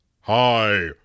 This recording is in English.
Hi